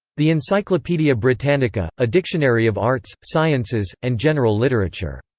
the encyclopaedia britannica a dictionary of arts, sciences, and general literature.